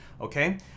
okay